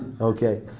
Okay